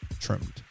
trimmed